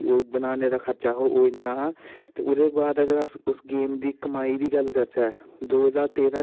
बच्चें गी बी मज़ा अवै गेंम खेलने च ते उं'दी फिज़ीकल जेह्ड़ी परफॉमैंस ऐ ओह् बी मैंनटेन रवै